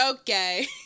okay